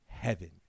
heaven